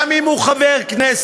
גם אם הוא חבר כנסת,